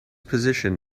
position